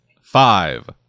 five